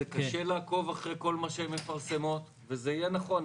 זה קשה לעקוב אחרי כל מה שהן מפרסמות וזה יהיה נכון,